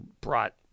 brought